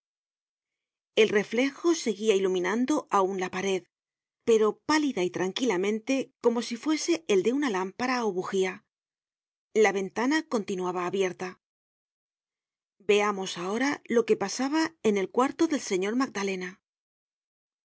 el reflejo seguia iluminando aun la pared pero pálida y tranquilamente como si fuese el de una lámpara ó bugía la ventana continuaba abierta veamos ahora lo que pasaba en el cuarto del señor magdalena